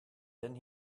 then